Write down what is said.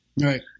Right